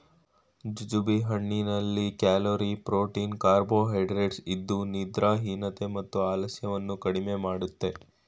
jujube ಹಣ್ಣಿನಲ್ಲಿ calorie, protein carbohydrates ಇದ್ದು ನಿದ್ರಾಹೀನತೆ ಮತ್ತು ಆಲಸ್ಯವನ್ನು ಕಡಿಮೆ ಮಾಡುತ್ತೆ